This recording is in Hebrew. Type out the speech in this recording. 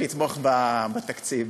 לתמוך בתקציב,